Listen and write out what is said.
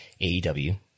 AEW